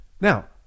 Now